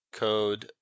code